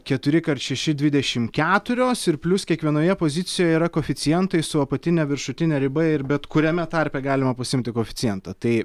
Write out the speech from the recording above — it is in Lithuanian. keturi kad šeši dvidešimt keturios ir plius kiekvienoje pozicijoje yra koficientai su apatine viršutine riba ir bet kuriame tarpe galima pasiimti koficientą tai